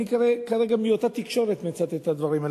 אני כרגע מאותה תקשורת מצטט את הדברים האלה.